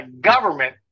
government